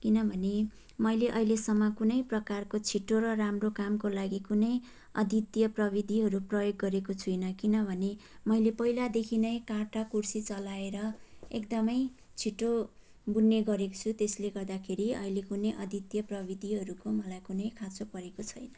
किनभने मैले अहिलेसम्म कुनै प्रकारको छिटो र राम्रो कामको लागि कुनै अद्वितीय प्रविधिहरू प्रयोग गरेको छुइनँ किनभने मैले पहिलादेखि नै काटा कुर्सी चलाएर एकदमै छिटो बुन्ने गरेको छु त्यसले गर्दाखेरि अहिले कुनै अद्वितीय प्रविधिहरूको मलाई कुनै खाँचो परेको छैन